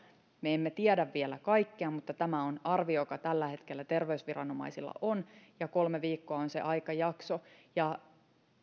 me emme tiedä vielä kaikkea mutta tämä on arvio joka tällä hetkellä terveysviranomaisilla on ja kolme viikkoa on se aikajakso